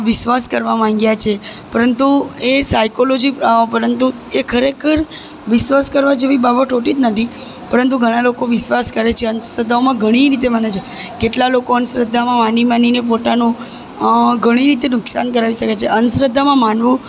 વિશ્વાસ કરવા માંડ્યા છે પરંતુ એ સાયકોલોજી પરંતુ એ ખરેખર વિશ્વાસ કરવા જેવી બાબત હોતી જ નથી પરંતુ ઘણાં લોકો વિશ્વાસ કરે છે અંધશ્રદ્ધાઓમાં ઘણી રીતે માને છે કેટલા લોકો અંધશ્રદ્ધામાં માની માનીને પોતાનું ઘણી રીતે નુસાન કરાવી શકે છે અંધશ્રદ્ધામાં માનવું